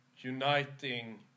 uniting